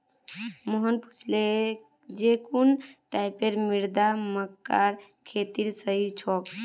मोहन पूछले जे कुन टाइपेर मृदा मक्कार खेतीर सही छोक?